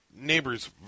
neighbors